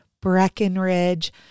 Breckenridge